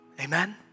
Amen